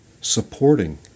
supporting